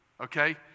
Okay